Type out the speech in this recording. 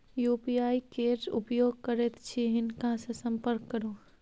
UPI केर उपयोग करैत छी हिनका सँ संपर्क करु